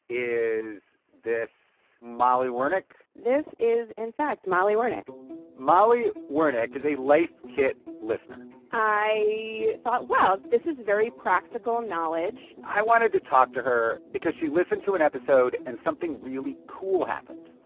is this molly wernick? this is, in fact, molly wernick molly wernick is a life kit listener i thought, wow, this is very practical knowledge i wanted to talk to her because she listened to an episode, and something really cool happened.